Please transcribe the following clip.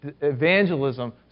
evangelism